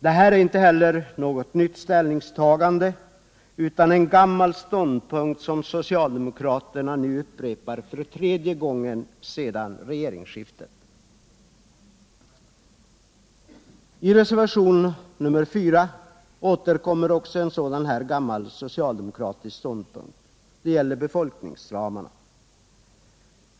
Det är inte något nytt ställningstagande utan en gammal ståndpunkt som socialdemokraterna intar för tredje gången efter regeringsskiftet. I reservationen 4 återkommer också en sådan här gammal socialdemokratisk ståndpunkt. Det gäller befolkningsramarna.